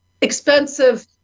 expensive